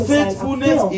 Faithfulness